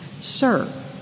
Sir